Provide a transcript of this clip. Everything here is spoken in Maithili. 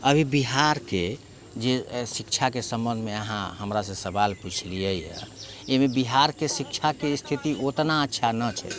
अभी बिहारके जे शिक्षाके सम्बन्धमे अहाँ हमरासँ सवाल पुछलिए हँ ओहिमे बिहारके शिक्षाके स्थिति ओतना अच्छा नहि छै